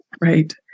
Right